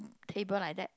table like that